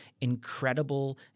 incredible